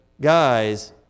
guys